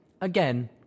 Again